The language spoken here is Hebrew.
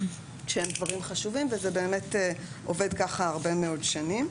שהם דברים חשובים וזה באמת עובד ככה הרבה מאוד שנים.